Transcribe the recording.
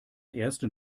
ersten